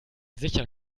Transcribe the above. sicher